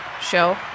show